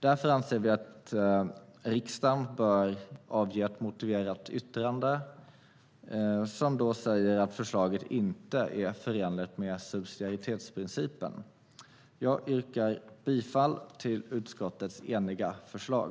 Därför anser vi att riksdagen bör avge ett motiverat yttrande som säger att förslaget inte är förenligt med subsidiaritetsprincipen. Jag yrkar bifall till utskottets eniga förslag.